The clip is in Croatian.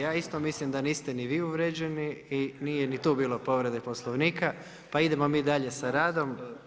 Ja isto mislim da niste ni vi uvrijeđeni i nije ni tu bilo povrede Poslovnika, pa idemo mi dalje sa radom.